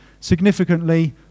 Significantly